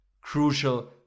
crucial